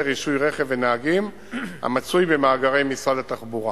רישוי רכב ונהגים המצוי במאגרי משרד התחבורה.